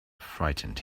frightened